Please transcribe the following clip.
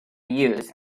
years